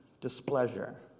displeasure